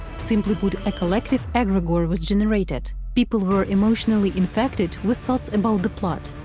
simply put, a collective egregore was generated people were emotionally infected with thoughts about the plot,